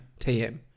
TM